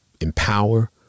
empower